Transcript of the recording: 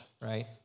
right